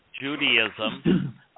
Judaism